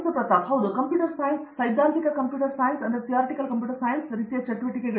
ಪ್ರತಾಪ್ ಹರಿಡೋಸ್ ಹೌದು ಕಂಪ್ಯೂಟರ್ ವಿಜ್ಞಾನ ಸೈದ್ಧಾಂತಿಕ ಕಂಪ್ಯೂಟರ್ ಸೈನ್ಸ್ ರೀತಿಯ ಚಟುವಟಿಕೆಗಳು